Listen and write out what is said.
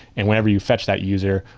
and whenever you fetch that user,